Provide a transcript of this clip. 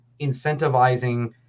incentivizing